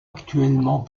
actuellement